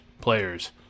players